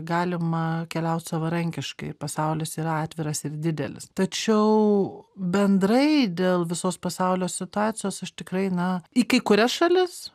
galima keliaut savarankiškai ir pasaulis yra atviras ir didelis tačiau bendrai dėl visos pasaulio situacijos aš tikrai na į kai kurias šalis